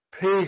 Peace